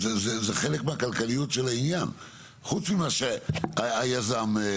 זה חלק מהכלכליות של העניין חוץ ממה שהיזם.